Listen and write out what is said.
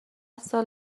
سال